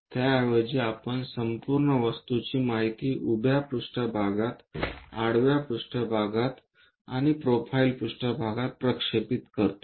त्याऐवजी आपण संपूर्ण वस्तूची माहिती उभ्या पृष्ठभागात आडव्या पृष्ठभागात प्रोफाइल पृष्ठभागात प्रक्षेपित करतो